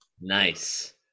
Nice